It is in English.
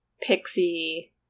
pixie